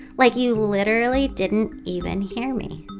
like you literally didn't even hear me.